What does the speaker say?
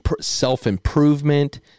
self-improvement